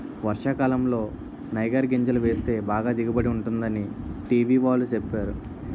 వర్షాకాలంలో నైగర్ గింజలు వేస్తే బాగా దిగుబడి ఉంటుందని టీ.వి వాళ్ళు సెప్పేరు